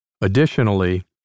Additionally